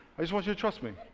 i just want you to trust me.